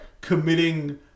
committing